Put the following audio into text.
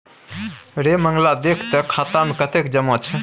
रे मंगला देख तँ खाता मे कतेक जमा छै